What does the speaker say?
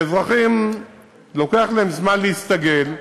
לאזרחים לוקח זמן להסתגל.